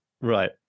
Right